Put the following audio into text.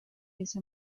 esa